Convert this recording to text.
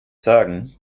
sagen